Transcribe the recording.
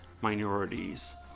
minorities